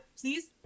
please